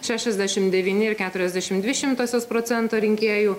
šešiasdešimt devyni ir keturiasdešimt dvi šimtosios procento rinkėjų